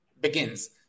begins